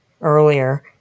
earlier